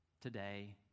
today